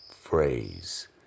phrase